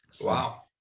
Wow